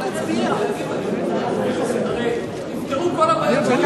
הרי נפתרו כל הבעיות של ירושלים, נכון?